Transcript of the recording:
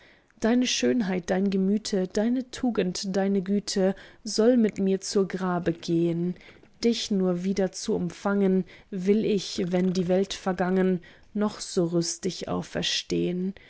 deine schönheit dein gemüte deine tugend deine güte soll mit mir zu grabe gehn dich nur wieder zu umfangen will ich wenn die welt vergangen noch so rüstig auferstehn